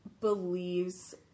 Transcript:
believes